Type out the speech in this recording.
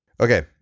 Okay